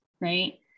right